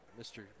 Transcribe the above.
Mr